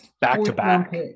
back-to-back